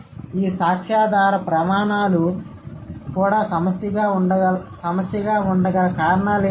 ఈ సాక్ష్యాధార ప్రమాణాలు కూడా సమస్యగా ఉండగల కారణాలేంటి